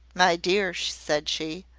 my dear, said she,